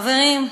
חברים,